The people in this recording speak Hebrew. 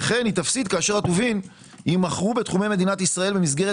וכן היא תפסיד כאשר הטובין יימכרו בתחומי מדינת ישראל במסגרת